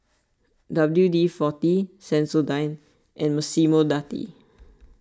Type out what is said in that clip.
W D forty Sensodyne and Massimo Dutti